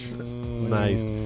Nice